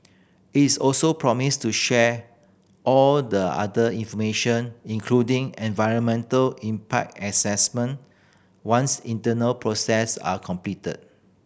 it is also promised to share all the other information including environmental impact assessment once internal process are completed